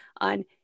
on